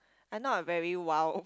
I am not a very wild